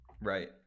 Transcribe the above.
Right